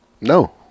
No